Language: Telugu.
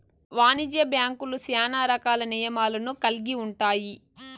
వాణిజ్య బ్యాంక్యులు శ్యానా రకాల నియమాలను కల్గి ఉంటాయి